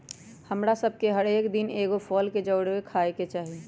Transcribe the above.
हमरा सभके हरेक दिन एगो फल के जरुरे खाय के चाही